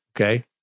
Okay